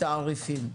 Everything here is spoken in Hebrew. תעריפים,